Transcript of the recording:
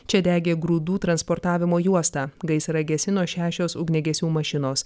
čia degė grūdų transportavimo juosta gaisrą gesino šešios ugniagesių mašinos